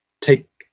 take